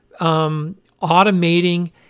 automating